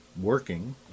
working